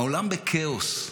העולם בכאוס.